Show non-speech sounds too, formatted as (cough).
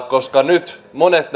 (unintelligible) koska nyt monet (unintelligible)